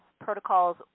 protocols